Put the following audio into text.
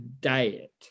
diet